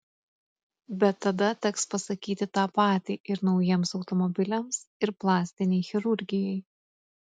bet tada teks pasakyti tą patį ir naujiems automobiliams ir plastinei chirurgijai